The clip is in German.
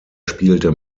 spielte